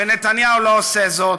ונתניהו לא עושה זאת,